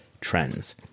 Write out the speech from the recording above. trends